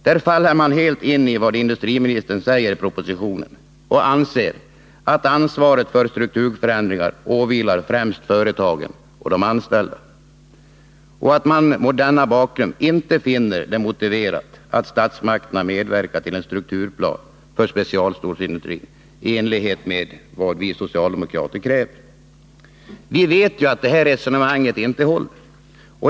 Där faller man helt in i vad industriministern säger i propositionen och anser att ansvaret för strukturförändringar åvilar främst företagen och de anställda och att man mot denna bakgrund inte finner det motiverat att statsmakterna medverkar till en strukturplan för specialstålsindustrin i enlighet med vad vi socialdemokrater kräver. Vi vet att det här resonemanget inte håller.